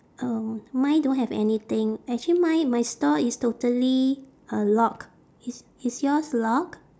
uh mine don't have anything actually mine my stall is totally uh lock is is yours lock